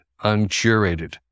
uncurated